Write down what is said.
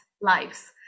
lives